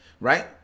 right